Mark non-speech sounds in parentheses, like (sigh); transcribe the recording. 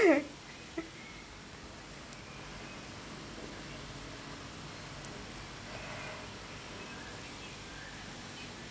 (laughs)